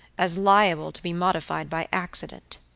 as liable to be modified by accident.